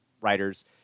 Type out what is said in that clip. writers